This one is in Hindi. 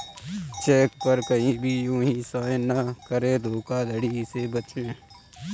चेक पर कहीं भी यू हीं साइन न करें धोखाधड़ी से बचे